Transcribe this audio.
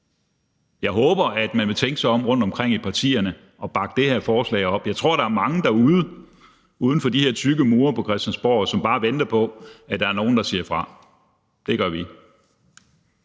Jeg håber, at man vil tænke sig om rundtomkring i partierne og bakke det her forslag op. Jeg tror, der er mange derude, uden for de her tykke mure på Christiansborg, som bare venter på, at der nogen, der siger fra. Det gør vi.